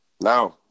Now